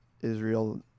Israel